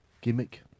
gimmick